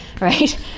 right